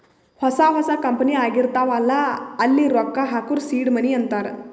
ಹೊಸಾ ಹೊಸಾ ಕಂಪನಿ ಆಗಿರ್ತಾವ್ ಅಲ್ಲಾ ಅಲ್ಲಿ ರೊಕ್ಕಾ ಹಾಕೂರ್ ಸೀಡ್ ಮನಿ ಅಂತಾರ